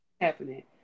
happening